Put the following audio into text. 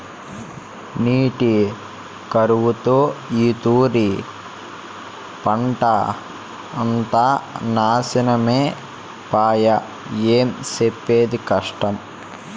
నీటి కరువుతో ఈ తూరి పంటంతా నాశనమై పాయె, ఏం సెప్పేది కష్టం